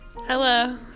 Hello